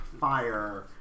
fire